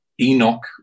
Enoch